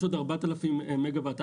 יש עוד 4,000 מגה וואט,